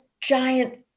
giant